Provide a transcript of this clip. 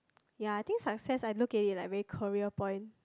ya I think success I look at it like very career point